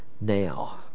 now